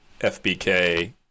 FBK